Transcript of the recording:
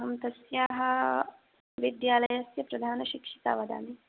अहं तस्याः विद्यालयस्य प्रधानशिक्षिका वदामि